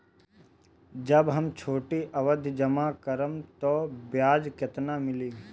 जब हम छोटी अवधि जमा करम त ब्याज केतना मिली?